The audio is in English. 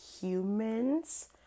humans